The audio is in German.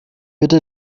bitte